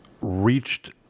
reached